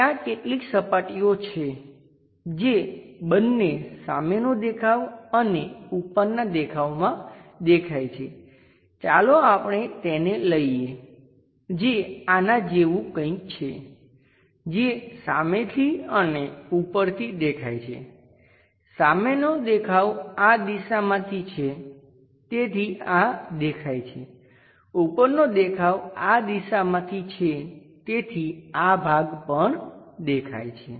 ત્યાં કેટલીક સપાટીઓ છે જે બંને સામેના દેખાવ અને ઉપરના દેખાવમાં દેખાય છે ચાલો આપણે તેને લઈએ જે આના જેવું કંઈક છે જે સામેથી અને ઉપરથી દેખાય છે સામેનો દેખાવ આ દિશામાંથી છે તેથી આ દેખાય છે ઉપરનો દેખાવ આ દિશામાંથી છે તેથી આ ભાગ પણ દેખાય છે